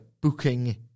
booking